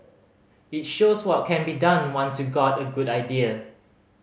it shows what can be done once you've got a good idea